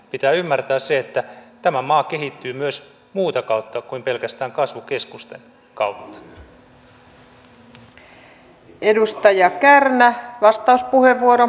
pitää ymmärtää se että tämä maa kehittyy myös muuta kautta kuin pelkästään kasvukeskusten kautta